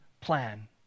plan